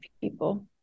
people